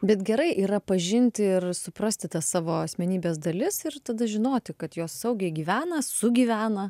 bet gerai yra pažinti ir suprasti tą savo asmenybės dalis ir tada žinoti kad jos saugiai gyvena sugyvena